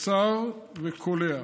קצר וקולע.